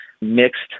mixed